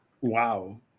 Wow